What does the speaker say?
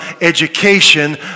education